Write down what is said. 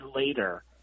later